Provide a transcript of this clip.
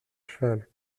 cheval